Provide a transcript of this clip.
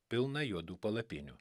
pilną juodų palapinių